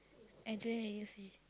I don't really see